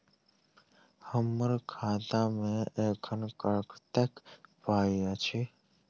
हम्मर खाता मे एखन कतेक पाई अछि?